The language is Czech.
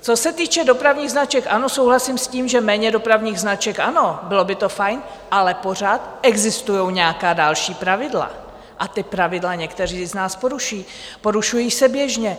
Co se týče dopravních značek: ano, souhlasím s tím, méně dopravních značek ano, bylo by to fajn, ale pořád existují nějaká další pravidla, a ta pravidla někteří z nás porušují, porušují se běžně.